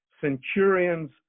centurion's